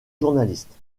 journaliste